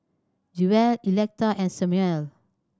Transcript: Jewell Electa and Samuel